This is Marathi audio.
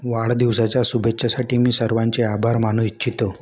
वाढदिवसाच्या शुभेच्छासाठी मी सर्वांचे आभार मानू इच्छितो